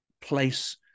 place